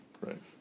right